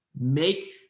make